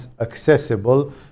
accessible